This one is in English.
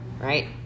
right